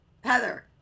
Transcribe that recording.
Heather